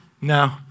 No